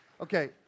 Okay